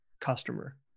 customer